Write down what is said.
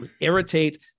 irritate